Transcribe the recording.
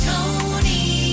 Tony